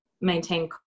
maintain